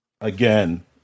Again